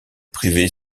privée